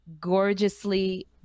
gorgeously